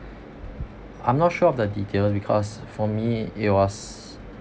i'm not sure of the detail because for me it was